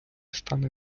стане